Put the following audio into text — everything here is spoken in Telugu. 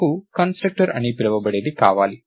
నాకు కన్స్ట్రక్టర్ అని పిలవబడేది కావాలి